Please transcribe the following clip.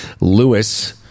Lewis